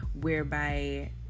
whereby